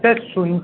sir